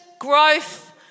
growth